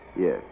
Yes